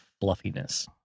fluffiness